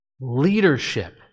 Leadership